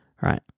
right